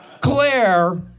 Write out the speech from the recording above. Claire